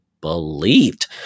believed